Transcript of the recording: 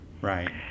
Right